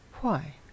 Why